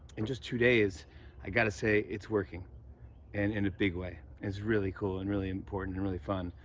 in just two days i got to say it's working and in a big way, and it's really cool and really important and really fun,